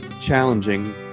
challenging